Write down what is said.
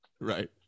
Right